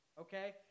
okay